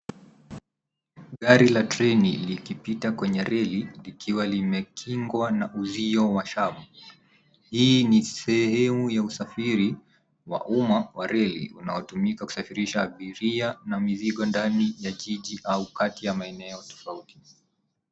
Gari la treni likipita kwenye reli likiwa limekingwa na uzio wa shamba. Hii ni sehemu ya usafiri wa umma wa reli unaotumika kusafirisha abiria na mizigo ndani ya jiji au kati ya maeneo tofauti.